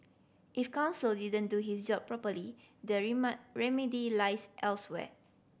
if counsel didn't do his job properly the remedy lies elsewhere